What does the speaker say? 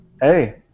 Hey